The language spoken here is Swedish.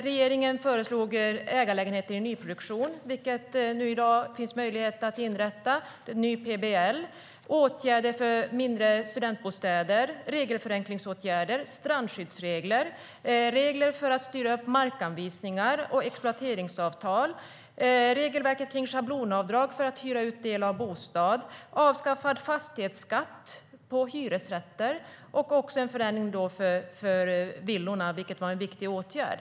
Regeringen föreslog ägarlägenheter i nyproduktion, vilket det i dag finns möjlighet att inrätta. Det har kommit en ny PBL. Vidare handlar det om åtgärder för mindre studentbostäder liksom regelförenklingsåtgärder, förändrade strandskyddsregler, regler för att styra upp markanvisningar och exploateringsavtal, regelverket för schablonavdrag för uthyrning av del av bostad. Man har avskaffat fastighetsskatten på hyresrätter och gjort en förändring när det gäller villor, vilket var en viktig åtgärd.